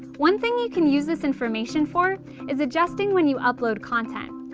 one thing you can use this information for is adjusting when you upload content.